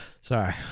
Sorry